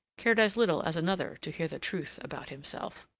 cared as little as another to hear the truth about himself.